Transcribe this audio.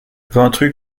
ventru